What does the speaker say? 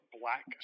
Black